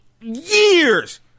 years